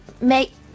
make